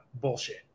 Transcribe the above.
bullshit